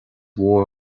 mhór